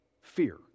fear